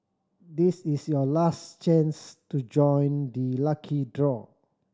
this is your last chance to join the lucky draw